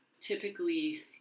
Typically